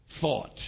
thought